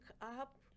up